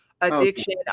addiction